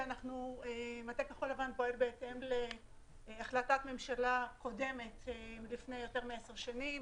מטה כחול לבן פועל בהתאם להחלטת ממשלה קודמת מלפני יותר מעשר שנים,